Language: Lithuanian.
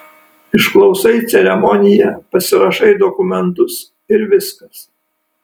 išklausai ceremoniją pasirašai dokumentus ir viskas